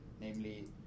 Namely